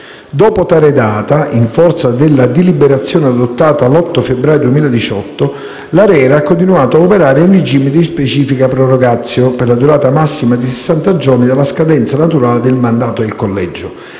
Dopo tale data, in forza di una deliberazione adottata l'8 febbraio 2018, l'ARERA ha continuato a operare in regime di specifica *prorogatio*, per una durata massima di sessanta giorni dalla scadenza naturale del mandato del collegio,